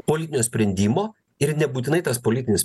politinio sprendimo ir nebūtinai tas politinis